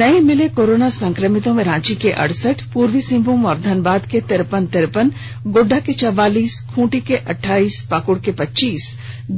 नये मिले कोरोना संक्रमितों में रांची के अड़सठ पूर्वी सिंहभूम और धनबाद के तिरेपन तिरेपन गोड्डा के चौवालीस खूंटी के अठाइस पाक्ड़ के पच्चीस